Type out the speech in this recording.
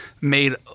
made